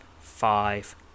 five